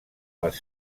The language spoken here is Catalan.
les